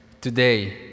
today